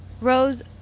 rose